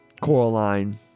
Coraline